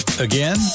again